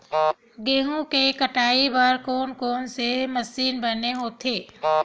गेहूं के कटाई बर कोन कोन से मशीन बने होथे?